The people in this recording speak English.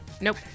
nope